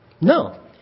No